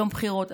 ליום בחירות?